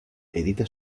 edita